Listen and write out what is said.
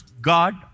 God